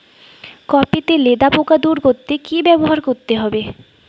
Copy তে লেদা পোকা দূর করতে কি ব্যবহার করতে হবে?